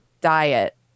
diet